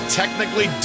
technically